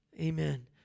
Amen